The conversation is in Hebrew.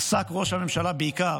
עסק ראש הממשלה בעיקר